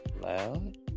loud